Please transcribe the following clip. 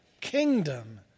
kingdom